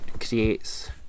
creates